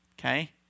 okay